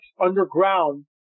underground